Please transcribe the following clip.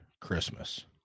Christmas